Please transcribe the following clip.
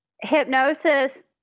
hypnosis